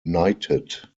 knighted